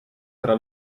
tra